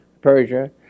Persia